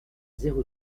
zéro